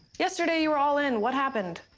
yesterday, you were all in. what happened?